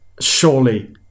surely